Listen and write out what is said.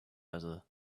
other